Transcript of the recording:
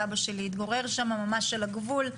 סבא שלי התגורר שם ממש על הגבול.